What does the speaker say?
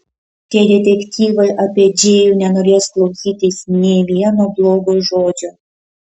tie detektyvai apie džėjų nenorės klausytis nė vieno blogo žodžio